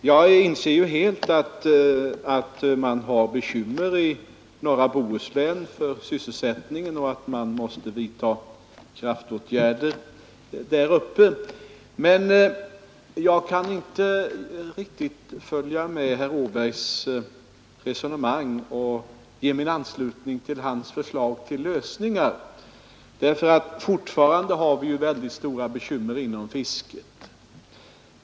Herr talman! Jag inser ju helt att man har bekymmer i norra Bohuslän för sysselsättningen och att man måste vidtaga kraftåtgärder där Men jag kan inte riktigt följa med herr Åbergs resonemang och ge min anslutning till hans förslag till lösningar, därför att fortfarande har vi ju väldigt stora bekymmer inom fisket.